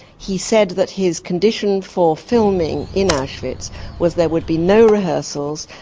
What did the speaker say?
he said that his condition for filming in auschwitz was there would be no rehearsals,